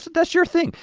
that's your thing.